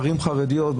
בערים חרדיות,